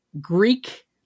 Greek